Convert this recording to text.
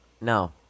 No